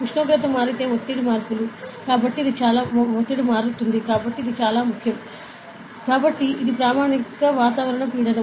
ఉష్ణోగ్రత మారితే ఒత్తిడి మార్పులు కాబట్టి ఇది చాలా ముఖ్యం కాబట్టి ఇది ప్రామాణిక వాతావరణ పీడనం